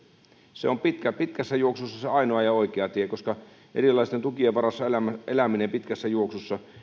se on pitkässä juoksussa ainoa ja oikea tie koska erilaisten tukien varassa eläminen eläminen pitkässä juoksussa